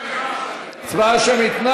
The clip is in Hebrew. הצבעה שמית.